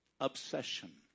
obsession